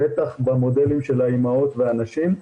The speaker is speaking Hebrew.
בטח במודלים של האימהות והנשים,